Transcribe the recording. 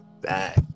back